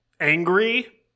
angry